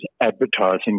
advertising